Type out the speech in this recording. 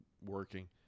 working